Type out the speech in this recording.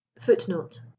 footnote